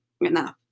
enough